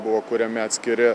buvo kuriami atskiri